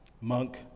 monk